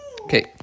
Okay